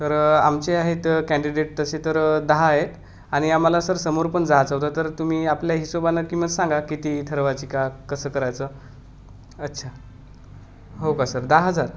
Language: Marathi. तर आमचे आहेत कँडिडेट तसे तर दहा आहेत आणि आम्हाला सर समोर पण जायचं होतं तर तुम्ही आपल्या हिशोबाने किंमत सांगा किती ठरवायची का कसं करायचं अच्छा हो का सर दहा हजार